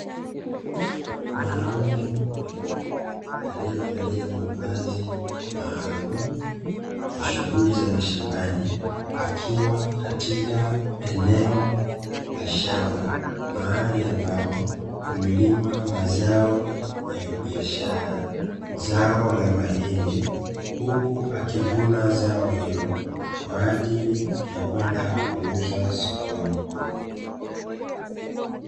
Mwanaume mkulima alievalia mavazi maalumu kwa shughuli za mashambani akiwa katika eneo la shamba, mahali amabapo kumelimwa mazao ya kibiashara, zao la mahindi, huku akivuna zao hilo kwa ajili ya kwenda kuuza sokoni.